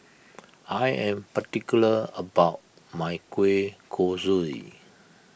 I am particular about my Kueh Kosui